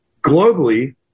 globally